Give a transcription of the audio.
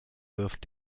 wirft